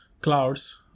clouds